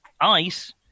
ice